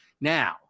now